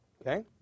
Okay